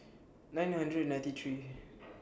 nine hundred ninety three